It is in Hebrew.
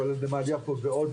כולל נמל יפו ועוד